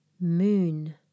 Moon